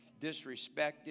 disrespected